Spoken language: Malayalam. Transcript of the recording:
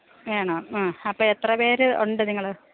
വേണോ അപ്പം എത്ര പേര് ഉണ്ട് നിങ്ങൾ